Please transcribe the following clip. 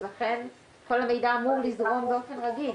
אז לכן כל המידע אמור לזרום באופן רגיל.